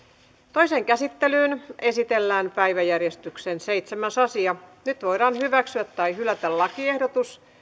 toiseen käsittelyyn esitellään päiväjärjestyksen seitsemäs asia nyt voidaan hyväksyä tai hylätä lakiehdotus